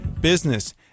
business